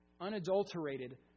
Unadulterated